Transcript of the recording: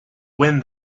wind